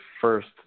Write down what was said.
first